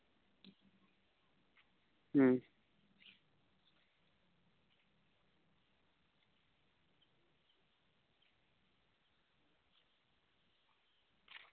ᱦᱩᱸ